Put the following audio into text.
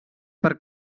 per